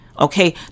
okay